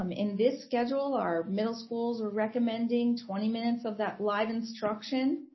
um in this schedule, our middle schools are recommending twenty minutes of that live instruction,